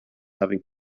having